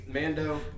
Mando